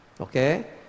okay